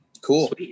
Cool